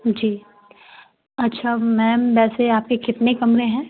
जी अच्छा मैम वैसे आपके कितने कमरे हैं